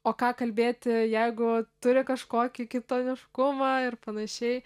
o ką kalbėti jeigu turi kažkokį kitoniškumą ir panašiai